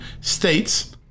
states